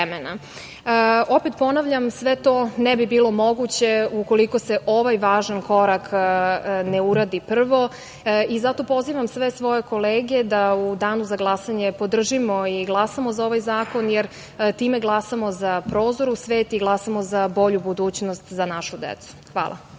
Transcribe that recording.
ponavljam, sve to ne bi bilo moguće ukoliko se ovaj važan korak ne uradi prvo. Zato pozivam sve svoje kolege da u danu za glasanje podržimo i glasamo za ovaj zakon, jer time glasamo za prozor u svet i glasamo za bolju budućnost za našu decu. Hvala.